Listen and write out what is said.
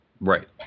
right